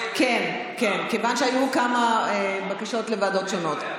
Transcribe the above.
כיוון שהיו כמה בקשות לוועדות שונות.